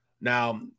Now